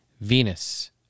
Venus